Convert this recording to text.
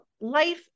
life